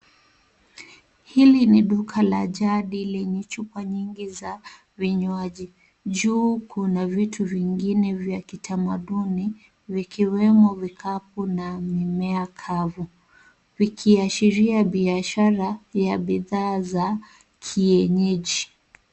Hili ni duka la jadi lenye chupa nyingi za vinywaji. Juu kuna vitu vingine vya kitamaduni vikiwemo vikapu na mimea kavu vikiashiria biashara ya bidhaa za kienyeji.